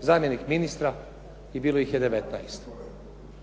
zamjenik ministra i bilo ih je 19.